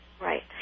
Right